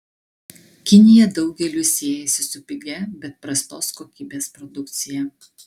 kinija daugeliui siejasi su pigia bet prastos kokybės produkcija